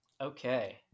okay